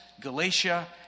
Galatia